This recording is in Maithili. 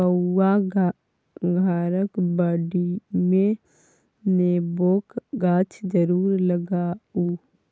बौआ घरक बाडीमे नेबोक गाछ जरुर लगाउ